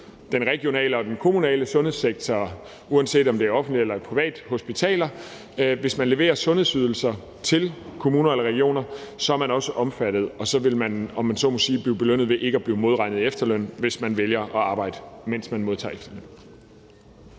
den regionale og kommunale sundhedssektor, uanset om det er offentlige eller private hospitaler. Hvis man leverer sundhedsydelser til kommuner eller regioner, er man også omfattet, og så vil man, om man så må sige, blive belønnet ved ikke at blive modregnet i efterlønnen, hvis man vælger at arbejde, mens man modtager efterløn.